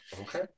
Okay